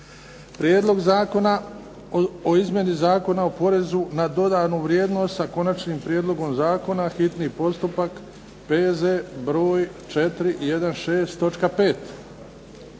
Prijedlog zakona o izmjeni Zakona o porezu za dodanu vrijednost, s Konačnim prijedlogom zakona, hitni postupak, P.Z. br. 416,